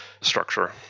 structure